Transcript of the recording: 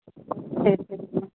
சரி சரிங்க